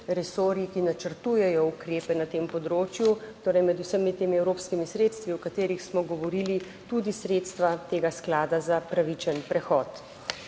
resorji, ki načrtujejo ukrepe na tem področju, torej med vsemi temi evropskimi sredstvi, o katerih smo govorili, tudi sredstva tega sklada za pravičen prehod.